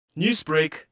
Newsbreak